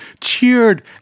cheered